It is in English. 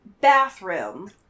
Bathroom